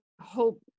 hope